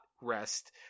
rest